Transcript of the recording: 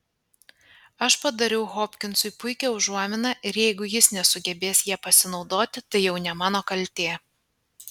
aš padariau hopkinsui puikią užuominą ir jeigu jis nesugebės ja pasinaudoti tai jau ne mano kaltė